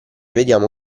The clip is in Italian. vediamo